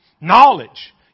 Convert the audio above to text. Knowledge